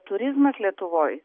turizmas lietuvoj